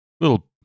little